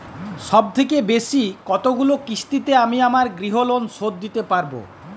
সবথেকে বেশী কতগুলো কিস্তিতে আমি আমার গৃহলোন শোধ দিতে পারব?